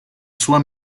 sua